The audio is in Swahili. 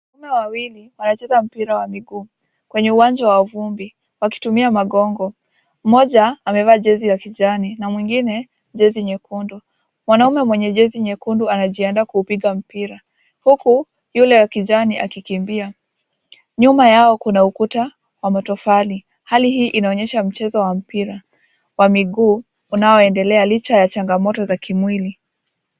Wanaume wawili wanacheza mpira wa miguu kwenye uwanja wa vumbi wakitumia magongo. Mmoja amevaa jezi ya kijani na mwingine jezi nyekundu. Mwanaume mwenye jezi nyekundu anajiandaa kuupiga mpira huku yule wa kijani akikimbia. Nyuma yao kuna ukuta wa matofali. Hali hii inaonyesha mchezo wa mpira wa miguu unaoendelea licha ya changamoto za kimwili.